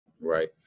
Right